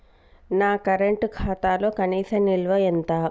నా కరెంట్ ఖాతాలో కనీస నిల్వ ఎంత?